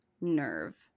nerve